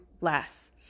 less